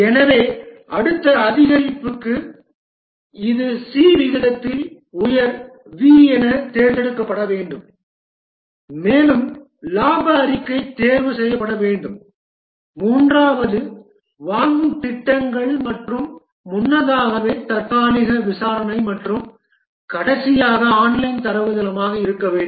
எனவே அடுத்த அதிகரிப்புக்கு இது சி விகிதத்தால் உயர் வி எனத் தேர்ந்தெடுக்கப்பட வேண்டும் மேலும் இலாப அறிக்கை தேர்வு செய்யப்பட வேண்டும் மூன்றாவது வாங்கும் திட்டங்கள் மற்றும் முன்னதாக தற்காலிக விசாரணை மற்றும் கடைசியாக ஆன்லைன் தரவுத்தளமாக இருக்க வேண்டும்